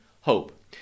hope